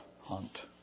hunt